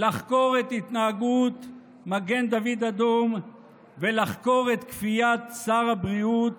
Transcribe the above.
לחקור את התנהגות מגן דוד אדום ולחקור את כפיית שר הבריאות